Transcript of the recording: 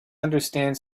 understand